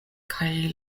kaj